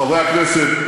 חברי הכנסת,